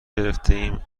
گرفتهایم